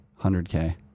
100k